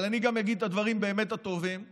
אבל אני גם אגיד את הדברים הטובים באמת,